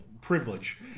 privilege